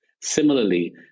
Similarly